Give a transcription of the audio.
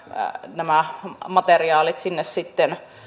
nämä materiaalit